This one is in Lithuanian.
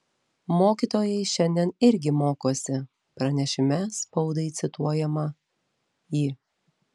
mokytojai šiandien irgi mokosi pranešime spaudai cituojama ji